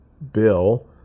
bill